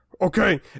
Okay